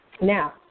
now